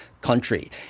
country